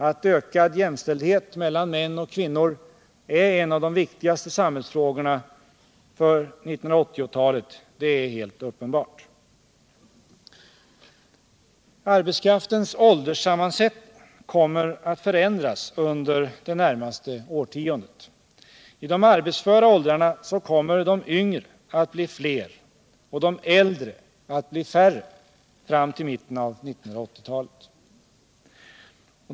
Att ökad jämställdhet mellan män och kvinnor är en av de viktigaste samhällsfrågorna för 1980-talet är helt uppenbart. Arbetskraftens ålderssammansättning kommer att förändras under det närmaste årtiondet. I de arbetsföra åldrarna kommer de yngre att bli fler och de äldre att bli färre fram till mitten av 1980-talet.